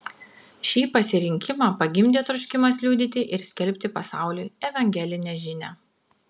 šį pasirinkimą pagimdė troškimas liudyti ir skelbti pasauliui evangelinę žinią